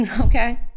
okay